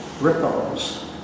ripples